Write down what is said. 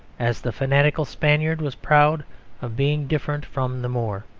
as the fanatical spaniard was proud of being different from the moor.